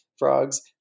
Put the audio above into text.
frogs